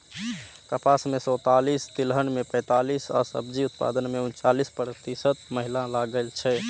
कपास मे सैंतालिस, तिलहन मे पैंतालिस आ सब्जी उत्पादन मे उनचालिस प्रतिशत महिला लागल छै